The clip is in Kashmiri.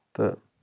تہٕ